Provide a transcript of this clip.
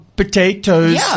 Potatoes